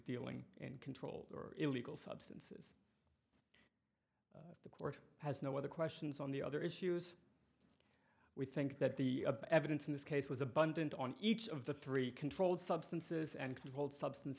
dealing in control or illegal substance the court has no other questions on the other issues we think that the evidence in this case was abundant on each of the three controlled substances and controlled substance